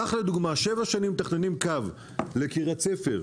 כך, לדוגמה, שבע שנים מתכננים קו לקריית ספר,